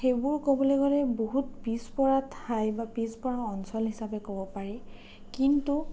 সেইবোৰ ক'বলৈ গ'লে বহুত পিছপৰা ঠাই বা পিছপৰা অঞ্চল হিচাপে ক'ব পাৰি কিন্তু